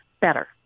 better